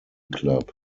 club